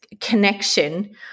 connection